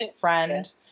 friend